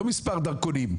לא מספר דרכונים.